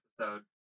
episode